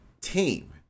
team